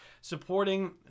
supporting